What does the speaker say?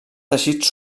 teixits